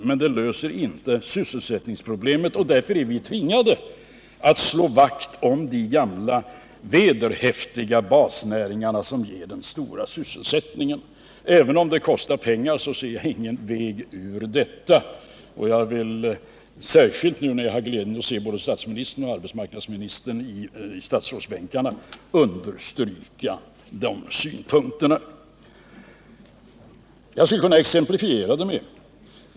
Men det löser inte sysselsättningsproblemen, och därför är vi tvingade att slå vakt om de gamla vederhäftiga basnäringar som ger den stora sysselsättningen. Även om det kostar pengar, ser jag inga vägar ur detta. Särskilt nu när jag har glädjen se både statsministern och arbetsmarknadsministern i statsrådsbänkarna vill jag understryka dessa synpunkter. Jag skulle kunna exemplifiera detta.